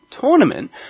tournament